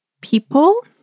people